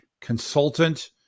consultant